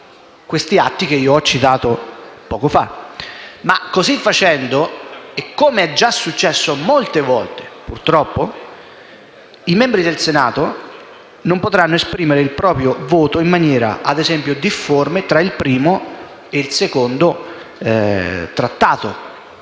gli atti che ho citato poco fa, ma così facendo, come è già accaduto molte volte purtroppo, i membri del Senato non potranno esprimere il proprio voto in maniera difforme tra il primo e il secondo atto.